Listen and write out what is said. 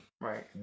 Right